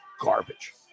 garbage